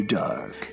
dark